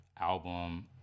album